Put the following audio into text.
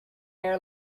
air